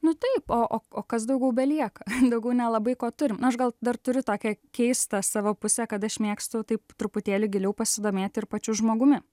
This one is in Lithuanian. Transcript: nu taip o o o kas daugiau belieka daugiau nelabai ko turim nu aš gal dar turiu tokią keistą savo pusę kad aš mėgstu taip truputėlį giliau pasidomėti ir pačiu žmogumi